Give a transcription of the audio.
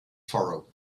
furrow